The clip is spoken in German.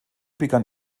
begann